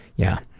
yeah.